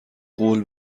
قول